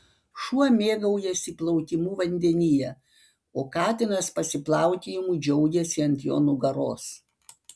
šuo mėgaujasi plaukimu vandenyje o katinas pasiplaukiojimu džiaugiasi ant jo nugaros